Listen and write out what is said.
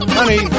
Honey